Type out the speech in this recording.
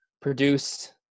produce